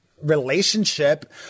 relationship